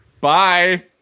Bye